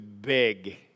big